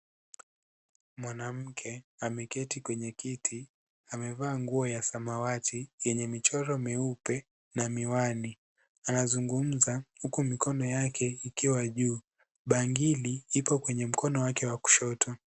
Mwanamke ameketi kwenye kiti, amevaa nguo ya samawati yenye michoro meupe na miwani, anazungumza huku mikono yake ikiwa juu, bangili ipo kwenye mkono wake wa kushoto.